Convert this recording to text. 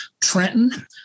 Trenton